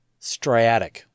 Striatic